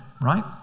right